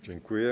Dziękuję.